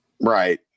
Right